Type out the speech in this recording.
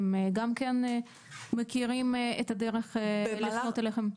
הם גם כן מכירים את הדרך לפנות אליכם?